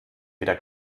wieder